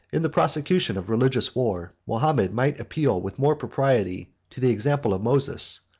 in the prosecution of religious war, mahomet might appeal with more propriety to the example of moses,